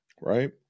right